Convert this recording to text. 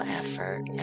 effort